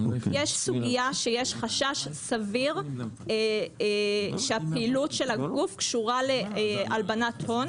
יש סוגיה שיש חשש סביר שהפעילות של הגוף קשורה להלבנת הון.